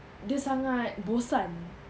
dia sangat bosan